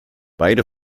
beide